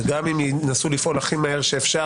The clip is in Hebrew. וגם אם ינסו לפעול הכי מהר שאפשר,